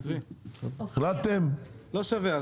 לא שווה.